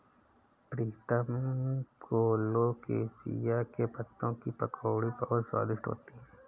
प्रीतम colocasia के पत्तों की पकौड़ी बहुत स्वादिष्ट होती है